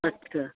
ਅੱਛਾ